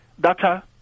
data